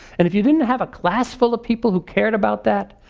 and if you didn't have a class full of people who cared about that,